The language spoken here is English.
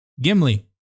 Gimli